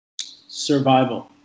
survival